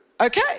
okay